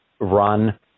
run